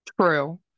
True